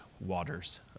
waters